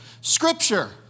scripture